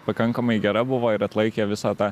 pakankamai gera buvo ir atlaikė visą tą